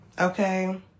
okay